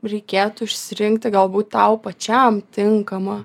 reikėtų išsirinkti galbūt tau pačiam tinkamą